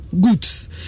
goods